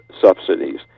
subsidies